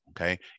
okay